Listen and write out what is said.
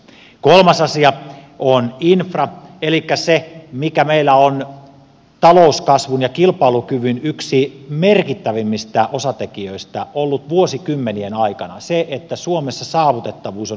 kolmas asia on infra elikkä se mikä meillä on ollut yksi talouskasvun ja kilpailukyvyn merkittävimmistä osatekijöistä vuosikymmenien aikana se että suomessa saavutettavuus on huippuluokkaa